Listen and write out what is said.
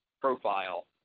profile